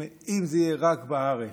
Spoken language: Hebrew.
אם זה יהיה רק בארץ,